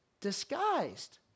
disguised